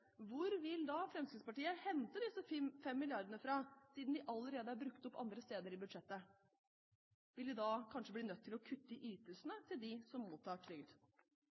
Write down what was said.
hvor vil da Fremskrittspartiet hente disse 5 milliardene fra, siden de allerede er brukt opp andre steder i budsjettet? Vil de da kanskje bli nødt til å kutte i ytelsene til dem som mottar trygd?